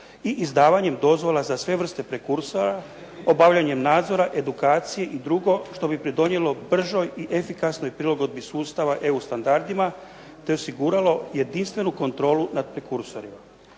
i izdavanjem dozvola za sve vrste rekursora, obavljanjem nadzora, edukacije i drugo, što bi doprinijelo bržoj i efikasnoj prilagodbi sustava EU standardima, te osiguralo jedinstvenu kontrolu nad rekursorima.